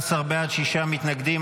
19 בעד, שישה מתנגדים.